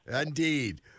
Indeed